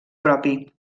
propi